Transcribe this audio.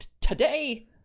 today